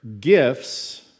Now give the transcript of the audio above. gifts